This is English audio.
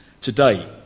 Today